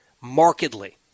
markedly